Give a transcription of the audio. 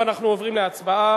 ואנחנו עוברים להצבעה.